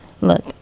Look